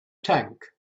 tank